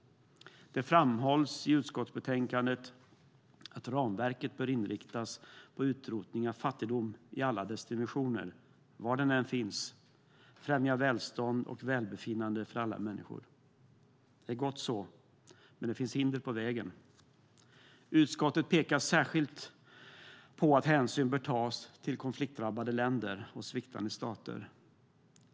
Det framhålls i utskottsbetänkandet att ramverket bör inriktas på utrotning av fattigdom i alla dess dimensioner, var den än finns, och att främja välstånd och välbefinnande för alla människor. Det är gott så, men det finns hinder på vägen. Utskottet pekar på att särskild hänsyn bör tas till konfliktdrabbade länder och sviktande stater.